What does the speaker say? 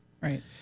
Right